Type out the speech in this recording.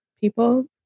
people